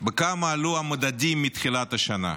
וכמה עלו המדדים מתחילת השנה.